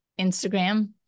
instagram